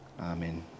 Amen